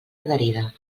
adherida